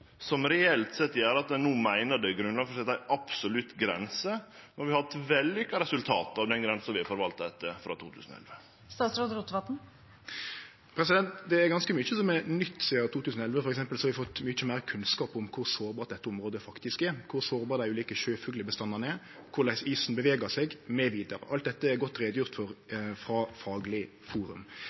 som reelt sett gjer at ein no meiner det er grunnlag for å setje ei absolutt grense, når vi har hatt vellykka resultat av den grensa vi har forvalta etter frå 2011? Det er ganske mykje som er nytt sidan 2011. For eksempel har vi fått mykje meir kunnskap om kor sårbart dette området faktisk er, kor sårbare dei ulike sjøfuglbestandane er, korleis isen bevegar seg, mv. Alt dette er gjort godt greie for frå Fagleg forum.